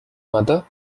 mother